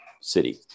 city